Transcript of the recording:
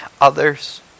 others